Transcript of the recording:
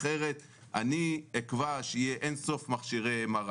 אחרת אני אקבע שיהיו אין-סוף מכשירי MRI